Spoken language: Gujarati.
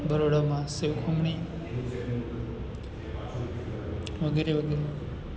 બરોડામાં સેવ ખમણી વગેરે વગેરે